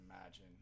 imagine